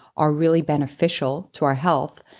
are really beneficial to our health.